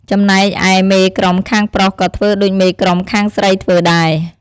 ចំណែកឯមេក្រុមខាងប្រុសក៏ធ្វើដូចមេក្រុមខាងស្រីធ្វើដែរ។